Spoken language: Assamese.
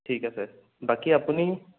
ঠিক আছে বাকী আপুনি